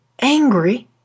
angry